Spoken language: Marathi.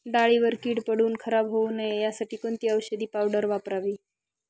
डाळीवर कीड पडून खराब होऊ नये यासाठी कोणती औषधी पावडर वापरावी?